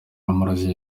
amarozi